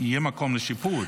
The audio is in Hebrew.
אבל יהיה מקום לשיפוי?